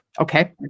okay